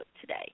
today